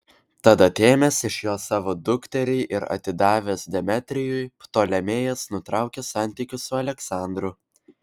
tad atėmęs iš jo savo dukterį ir atidavęs demetrijui ptolemėjas nutraukė santykius su aleksandru